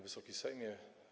Wysoki Sejmie!